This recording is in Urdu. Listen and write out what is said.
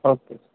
اوکے